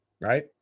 right